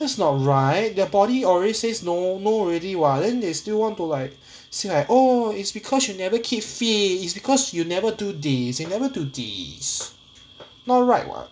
that's not right their body already says no no already [what] then they still want to like say like oh it's because you never keep fit it's because you never do this you never do this not right [what]